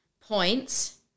points